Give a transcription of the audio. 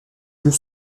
yeux